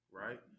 right